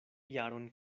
jaron